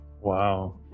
Wow